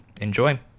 Enjoy